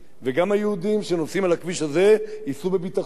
וגם היהודים שנוסעים על הכביש הזה ייסעו בביטחון.